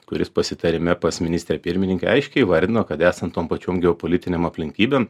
kuris pasitarime pas ministrę pirmininkę aiškiai įvardino kad esant tom pačiom geopolitiniam aplinkybėm